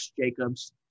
Jacobs